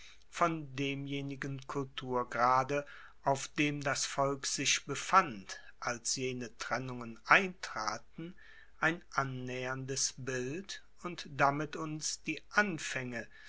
von demjenigen kulturgrade auf dem das volk sich befand als jene trennungen eintraten ein annaeherndes bild und damit uns die anfaenge